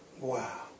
Wow